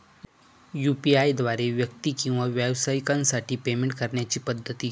UPI द्वारे व्यक्ती किंवा व्यवसायांसाठी पेमेंट करण्याच्या पद्धती